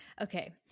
okay